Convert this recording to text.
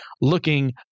looking